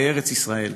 בארץ ישראל.